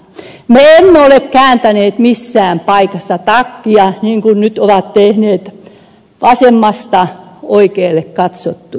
me emme ole kääntäneet missään paikassa takkia niin kuin nyt on tehty vasemmalta oikealle katsottuna